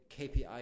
kpi